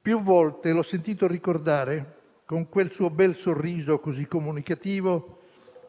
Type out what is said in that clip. Più volte l'ho sentito ricordare, con quel suo bel sorriso così comunicativo,